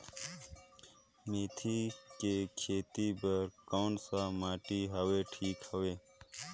मेथी के खेती बार कोन सा माटी हवे ठीक हवे?